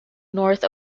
north